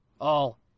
All